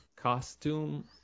costume